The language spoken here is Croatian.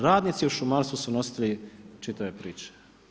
Radnici u šumarstvu su nositelji čitave priče.